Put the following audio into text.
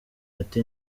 ati